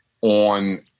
on